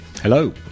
hello